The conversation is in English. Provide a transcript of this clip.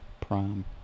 Prime